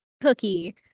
cookie